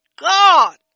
God